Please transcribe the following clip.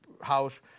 house